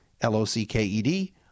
L-O-C-K-E-D